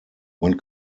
man